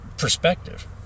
Perspective